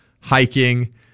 hiking